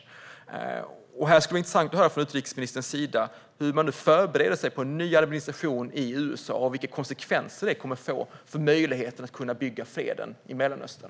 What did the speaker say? Det skulle vara intressant att höra av utrikesministern hur man nu förbereder sig för en ny administration i USA och vilka konsekvenser den kommer att få för möjligheten att bygga fred i Mellanöstern.